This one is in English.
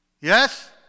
Yes